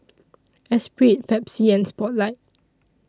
Espirit Pepsi and Spotlight